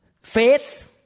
faith